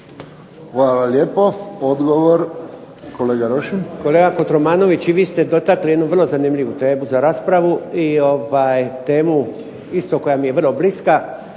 Hvala lijepo. Odgovor, kolega Rošin. **Rošin, Jerko (HDZ)** Kolega Kotromanović, i vi ste dotakli jednu vrlo zanimljivu temu za raspravu i temu isto koja mi je isto vrlo bliska.